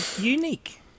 unique